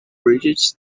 british